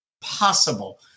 possible